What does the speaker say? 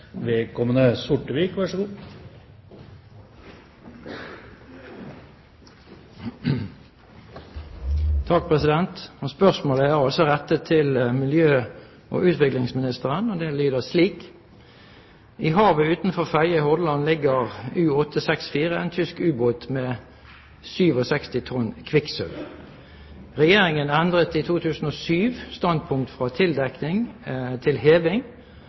vedkommende. Spørsmålet er altså rettet til miljø- og utviklingsministeren, og det lyder slik: «I havet utenfor Fedje i Hordaland ligger U-864 – en tysk ubåt med 67 tonn kvikksølv. Regjeringen endret i 2007 standpunkt fra tildekning til heving,